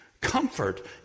Comfort